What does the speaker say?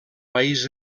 país